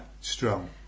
strong